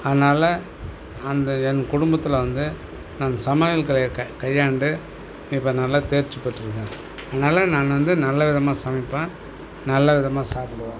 அதனால் அந்த என் குடும்பத்தில் வந்து நான் சமையல் கலையை கையாண்டு இப்போ நல்லா தேர்ச்சி பெற்றிருக்கேன் அதனால் நான் வந்து நல்ல விதமாக சமைப்பேன் நல்ல விதமாக சாப்பிடுவேன்